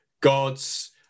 God's